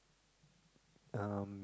um